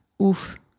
Oof